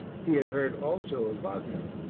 he had heard also of wagner,